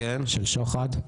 של שוחד,